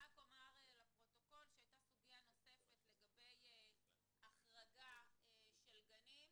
אומר לפרוטוקול שהייתה סוגיה נוספת לגבי החרגה של גנים.